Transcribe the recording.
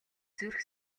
зүрх